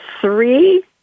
three